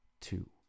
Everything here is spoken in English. two